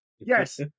Yes